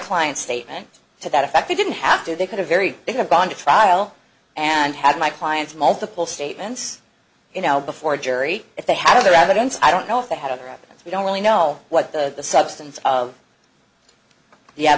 client's statement to that effect they didn't have to they could a very they have gone to trial and had my client's multiple statements you know before a jury if they had other evidence i don't know if they had other evidence we don't really know what the substance of